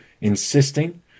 insisting